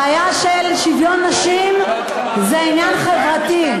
בעיה של שוויון נשים זה עניין חברתי,